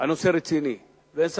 הנושא רציני, אני יודע,